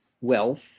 wealth